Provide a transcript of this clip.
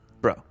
bro